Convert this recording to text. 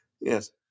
Yes